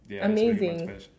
Amazing